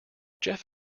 jeff